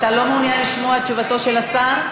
אתה לא מעוניין לשמוע את תשובתו של השר?